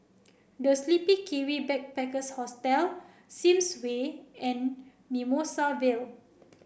The Sleepy Kiwi Backpackers Hostel Sims Way and Mimosa Vale